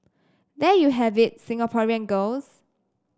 there you have it Singaporean girls